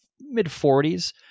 mid-40s